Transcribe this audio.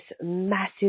massive